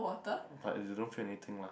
but they don't feel anything lah